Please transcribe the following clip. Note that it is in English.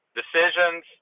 decisions